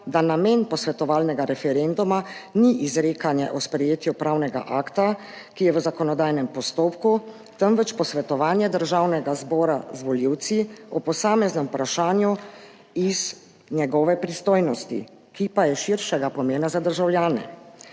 da namen posvetovalnega referenduma ni izrekanje o sprejetju pravnega akta, ki je v zakonodajnem postopku, temveč posvetovanje Državnega zbora z volivci o posameznem vprašanju iz njegove pristojnosti, ki pa je širšega pomena za državljane.